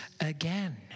again